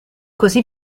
cosí